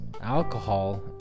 alcohol